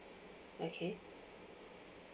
okay